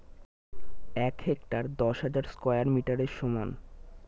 এক হেক্টার দশ হাজার স্কয়ার মিটারের সমান